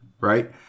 right